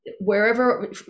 wherever